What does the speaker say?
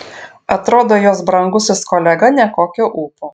atrodo jos brangusis kolega nekokio ūpo